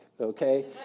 Okay